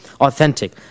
authentic